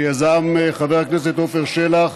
שיזם חבר הכנסת עפר שלח.